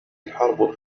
الحرب